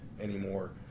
anymore